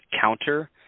counter